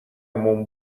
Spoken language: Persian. موم